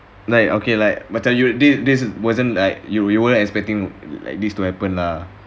like okay like macam you this this wasn't like you you weren't expecting like this to happen lah